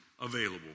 available